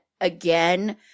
again